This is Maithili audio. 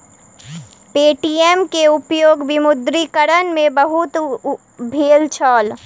पे.टी.एम के उपयोग विमुद्रीकरण में बहुत भेल छल